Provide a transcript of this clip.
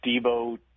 Debo